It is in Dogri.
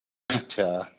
अच्छा